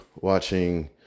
watching